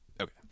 Okay